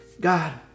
God